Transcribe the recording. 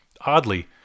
Oddly